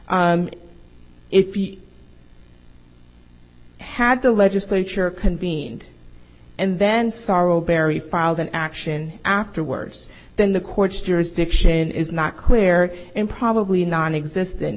if you had the legislature convened and then sorrow berry filed an action afterwards then the court's jurisdiction is not clear and probably non existent